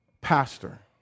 Pastor